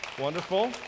Wonderful